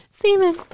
semen